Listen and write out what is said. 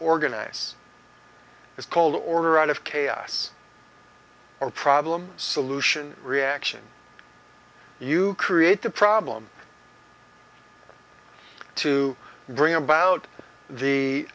organize is called order out of chaos or problem solution reaction you create the problem to bring about the